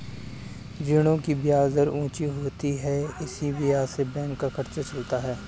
ऋणों की ब्याज दर ऊंची होती है इसी ब्याज से बैंक का खर्चा चलता है